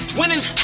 winning